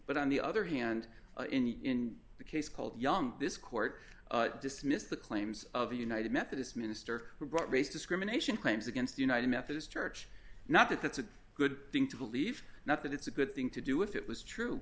but on the other hand in the case called young this court dismissed the claims of a united methodist minister who brought race discrimination claims against the united methodist church not that that's a good thing to believe not that it's a good thing to do if it was true